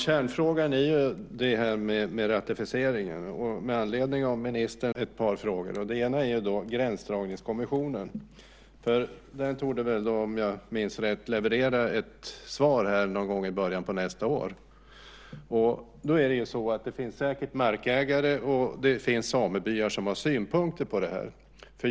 Herr talman! Kärnfrågan gäller ju ratificeringen. Med anledning av ministerns svar skulle jag vilja ha svar på ett par frågor. Den ena gäller Gränsdragningskommissionen. Den torde, om jag minns rätt, leverera ett svar någon gång i början av nästa år. Det är säkert så att det finns markägare och samebyar som har synpunkter på det här.